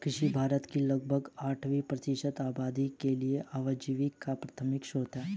कृषि भारत की लगभग अट्ठावन प्रतिशत आबादी के लिए आजीविका का प्राथमिक स्रोत है